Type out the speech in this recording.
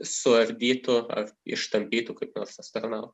suardytų ar ištampytų kaip nors astronautą